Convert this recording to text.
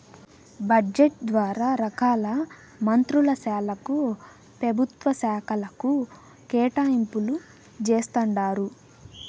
budget ద్వారా రకాల మంత్రుల శాలకు, పెభుత్వ శాకలకు కేటాయింపులు జేస్తండారు